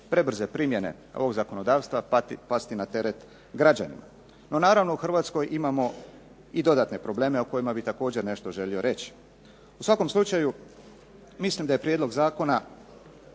prebrze primjene ovog zakonodavstva pasti na teret građanima. No naravno, u Hrvatskoj imamo i dodatne probleme o kojima bih također nešto želio reći. U svakom slučaju mislim da je prijedlog zakona